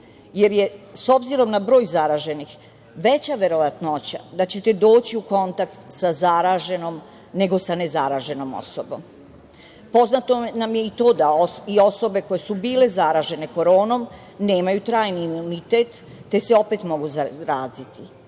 minimum. S obzirom na broj zaraženih veća je verovatnoća da ćete doći u kontakt sa zaraženom nego sa ne zaraženom osobom. Poznato nam je i to da i osobe koje su bile zaražene koronom nemaju trajni imunitet te se opet mogu zaraziti,